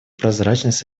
прозрачность